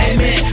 Amen